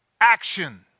Action